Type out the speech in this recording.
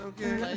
Okay